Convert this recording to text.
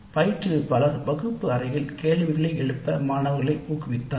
பயிற்றுவிப்பாளர் வகுப்பு அறையில் கேள்விகளை எழுப்ப மாணவர்களை ஊக்குவித்தார்